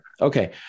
Okay